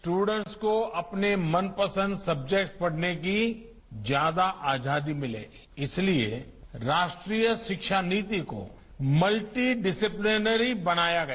students को अपने मनपसंद सब्जेक्ट पढ़ने की ज्यादा आजादी मिले इसलिए राष्ट्रीय शिक्षा नीति को मल्टी डिसीप्लेपनरी बनाया गया